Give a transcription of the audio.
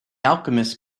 alchemist